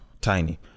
Tiny